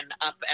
up